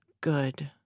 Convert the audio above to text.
good